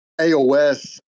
AOS